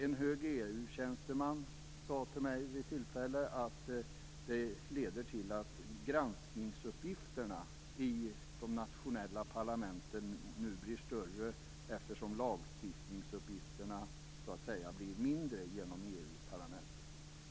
En hög EU-tjänsteman sade till mig vid tillfälle att det leder till att granskningsuppgifterna i de nationella parlamenten nu blir större, eftersom lagstiftningsuppgifterna blir mindre genom EU-parlamentet.